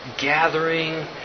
gathering